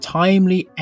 timely